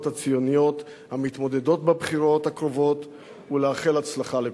הציוניות המתמודדות בבחירות הקרובות ולאחל הצלחה לכולן.